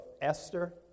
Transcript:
Esther